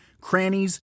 crannies